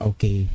Okay